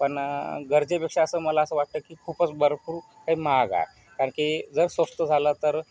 पण गरजेपेक्षा असं मला असं वाटतं की खूपच भरपूर काही महाग आहे कारण की जर स्वस्त झालं तर